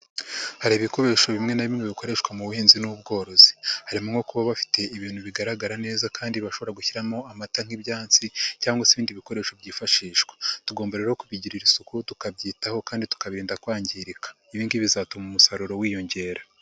Hari ibikoresho bimwe na bimwe bikoreshwa mu buhinzi n'ubworozi, harimo nko kuba bafite ibintu bigaragara neza kandi bashobora gushyiramo amata nk'ibyatsi cyangwa se ibindi bikoresho byifashishwa; tugomba rero kubigirira isuku tukabyitaho kandi tukabirinda kwangirika, ibi ngibi bizatuma umusaruro wiyongera.